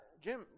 Jim